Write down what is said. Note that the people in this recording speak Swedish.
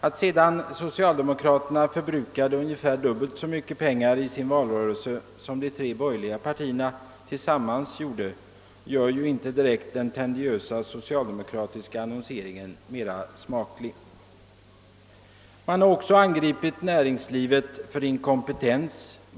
Att sedan socialdemokraterna förbrukade ungefär dubbelt så mycket pengar i sin valrörelse som de tre borgerliga partierna tillsammans gjorde får ju inte heller den tendentiösa socialdemokratiska annonseringen att verka mera smaklig. Man har också angripit näringslivet för inkompetens.